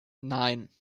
nein